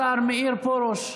השר מאיר פרוש,